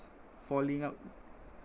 falling out